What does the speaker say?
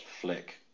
Flick